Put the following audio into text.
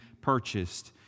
purchased